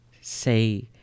say